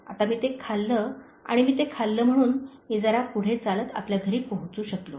आता मी ते खाल्ले आणि मी ते खाल्ले म्हणून मी जरा पुढे चालत आपल्या घरी पोहोचू शकलो